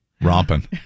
Romping